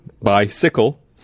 Bicycle